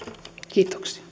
kiitoksia